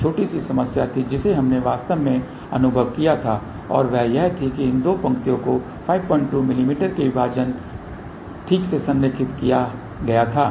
एक छोटी सी समस्या थी जिसे हमने वास्तव में अनुभव किया था और वह यह थी कि इन दो पंक्तियों को 52 मिमी के विभाजन ठीक से संरेखित किया गया था